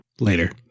Later